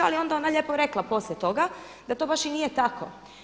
Ali je onda ona lijepo rekla poslije toga da to baš i nije tako.